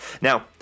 Now